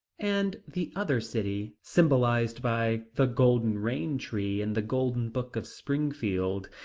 and the other city, symbolized by the golden rain tree in the golden book of springfield,